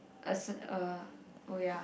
as in uh oh ya